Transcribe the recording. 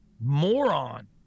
moron